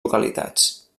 localitats